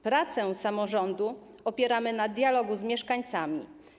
Pracę samorządu opieramy na dialogu z mieszkańcami.